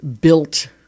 Built